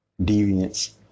Deviance